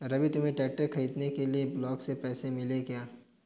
रवि तुम्हें ट्रैक्टर खरीदने के लिए ब्लॉक से पैसे मिले क्या?